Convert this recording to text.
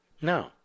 No